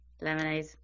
Lemonade